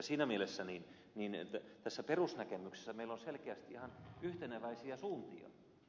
siinä mielessä tässä perusnäkemyksessä meillä on selkeästi ihan yhteneväisiä suuntia